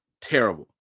terrible